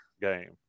game